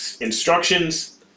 instructions